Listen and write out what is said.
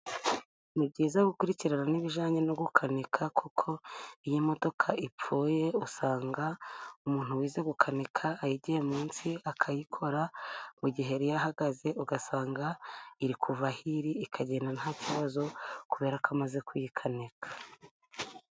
Ni byiza gukurikirana n'ibijyanye no gukanika kuko iyo modoka ipfuye usanga umuntu wize gukanika, ayigiye munsi akayikora mu gihe yari yahagaze ugasanga iri kuva aho iri , ikagenda nta kibazo kuberako amaze kuyikanika.